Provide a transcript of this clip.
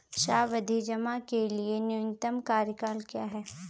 सावधि जमा के लिए न्यूनतम कार्यकाल क्या है?